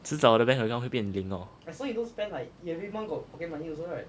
迟早我的 bank 好像会变零 hor